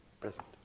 present